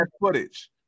footage